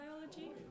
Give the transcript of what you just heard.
biology